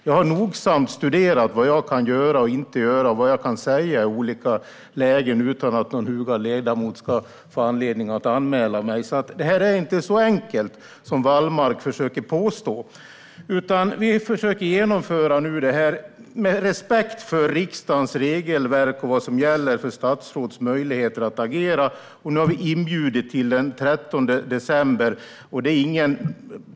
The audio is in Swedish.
Jag har nogsamt studerat vad jag kan göra och vad jag inte kan göra och vad jag kan säga i olika lägen utan att någon hugad ledamot ska få anledning att anmäla mig. Detta är alltså inte så enkelt som Wallmark försöker påstå. Vi försöker nu genomföra det här, med respekt för riksdagens regelverk och vad som gäller för statsråds möjligheter att agera. Nu har vi inbjudit till möte den 13 december.